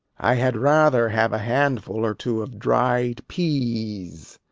i had rather have a handful or two of dried peas.